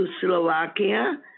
Slovakia